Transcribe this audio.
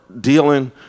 dealing